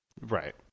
right